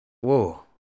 Whoa